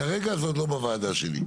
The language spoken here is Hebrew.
כרגע זה עוד לא בוועדה שלי.